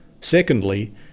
Secondly